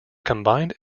combined